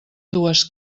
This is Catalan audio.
dues